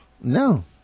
No